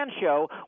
show